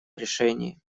решении